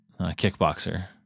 kickboxer